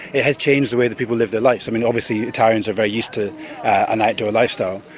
it has changed the way the people live their lives. i mean, obviously italians are very used to an outdoor lifestyle,